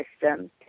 system